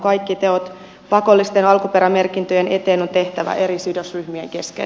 kaikki teot pakollisten alkuperämerkintöjen eteen on tehtävä eri sidosryhmien kesken